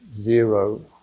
Zero